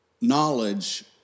knowledge